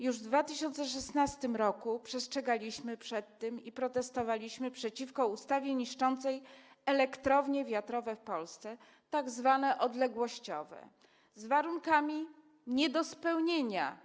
Już w 2016 r. przed tym przestrzegaliśmy i protestowaliśmy przeciwko ustawie niszczącej elektrownie wiatrowe w Polsce, tzw. odległościowej, z warunkami nie do spełnienia.